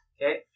Okay